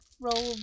Roll